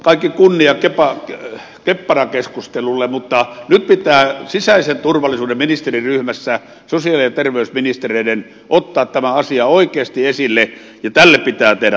kaikki kunnia keppanakeskustelulle mutta nyt pitää sisäisen turvallisuuden ministeriryhmässä sosiaali ja terveysministereiden ottaa tämä asia oikeasti esille ja tälle pitää tehdä stoppi